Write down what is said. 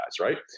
Right